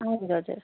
हजुर हजुर